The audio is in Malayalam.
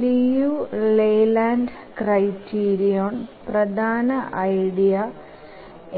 ലിയു ലഹോക്സ്ക്യ് ക്രൈറ്റീരിയൻ പ്രധാന ഐഡിയ